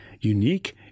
unique